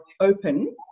open